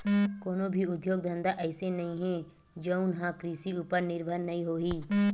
कोनो भी उद्योग धंधा अइसे नइ हे जउन ह कृषि उपर निरभर नइ होही